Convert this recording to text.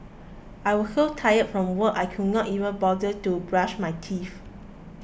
I was so tired from work I could not even bother to brush my teeth